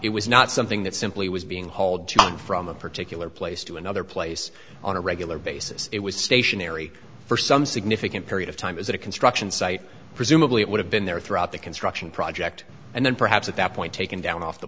it was not something that simply was being hauled john from a particular place to another place on a regular basis it was stationary for some significant period of time as a construction site presumably it would have been there throughout the construction project and then perhaps at that point taken down off the